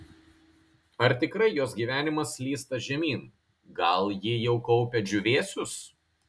ar tikrai jos gyvenimas slysta žemyn gal ji jau kaupia džiūvėsius